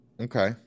Okay